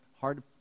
hard